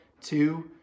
Two